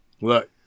Look